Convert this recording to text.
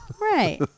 Right